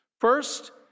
First